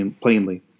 plainly